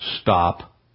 stop